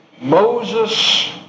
Moses